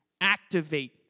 activate